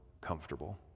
comfortable